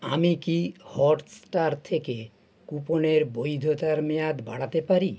আমি কি হটস্টার থেকে কুপনের বৈধতার মেয়াদ বাড়াতে পারি